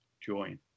join